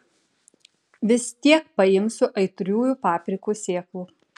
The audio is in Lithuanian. vis tiek paimsiu aitriųjų paprikų sėklų